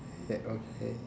eh okay